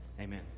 amen